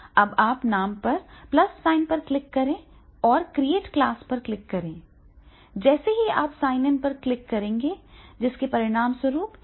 अब आप नाम पर प्लस साइन पर क्लिक करें और क्रिएट क्लास पर क्लिक करें जैसे ही आप साइन इन पर क्लिक करेंगे जिसके परिणामस्वरूप एक नया वर्ग बनाया जाएगा